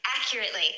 accurately